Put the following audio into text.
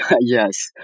yes